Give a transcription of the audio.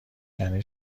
یعنی